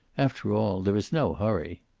after all, there is no hurry.